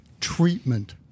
treatment